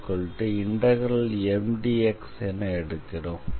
gxy∫Mdx என எடுக்கிறோம்